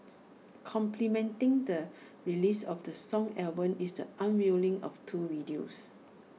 complementing the release of the song album is the unveiling of two videos